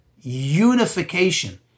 unification